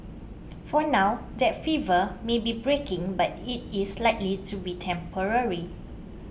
for now that fever may be breaking but it is likely to be temporary